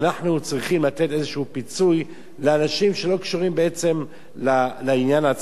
אנחנו צריכים לתת איזה פיצוי לאנשים שלא קשורים בעצם לעניין עצמו.